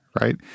right